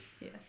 Yes